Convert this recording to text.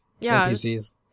NPCs